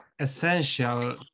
essential